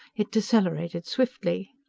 it decelerated swiftly.